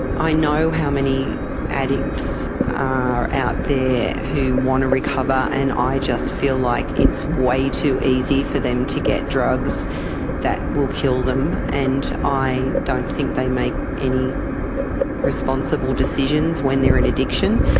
i know how many addicts are out there who want to recover and i just feel like it's way too easy for them to get drugs that will kill them, and i don't think they make any responsible decisions when they're in addiction,